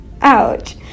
ouch